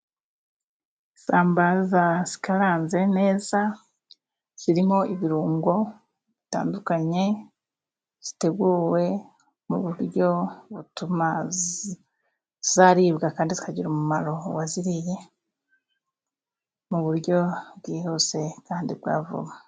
Isambaza zikaranze neza, zirimo ibirungo bitandukanye, ziteguwe mu buryo butuma zaribwa kandi zikagirira umumaro uwaziriye mu buryo bwihuse kandi bwa vuba.